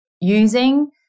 using